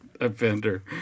offender